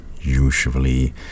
usually